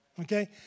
Okay